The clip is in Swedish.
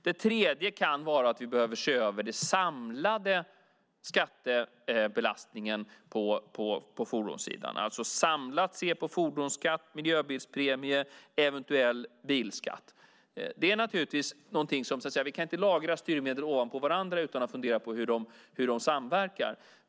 Det tredje kan vara att vi behöver se över den samlade skattebelastningen på fordonssidan, alltså samlat se på fordonsskatt, miljöbilspremie och eventuell bilskatt. Vi kan inte lagra styrmedel ovanpå varandra utan att fundera på hur de samverkar.